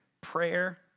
prayer